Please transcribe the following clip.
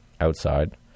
outside